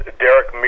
derek